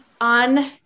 on